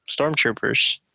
stormtroopers